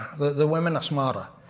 the women are smarter.